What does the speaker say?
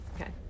Okay